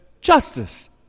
Justice